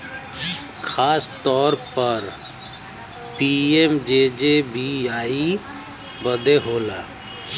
खासतौर पर पी.एम.जे.जे.बी.वाई बदे होला